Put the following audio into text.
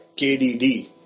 KDD